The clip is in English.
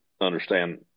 understand